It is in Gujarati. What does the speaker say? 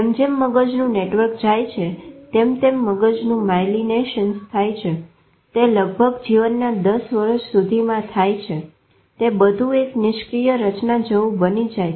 જેમ જેમ મગજનું નેટવર્ક જાય છે તેમ તેમ મગજનું માયલીનેશન થાય છે તે લગભગ જીવનના 10 વર્ષ સુધીમાં થાય છે તે બધું એક નિષ્ક્રિય રચના જેવું બની જાય છે